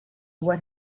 what